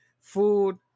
food